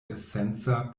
esenca